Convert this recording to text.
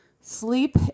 sleep